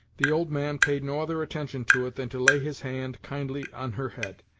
the old man paid no other attention to it than to lay his hand kindly on her head,